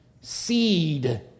seed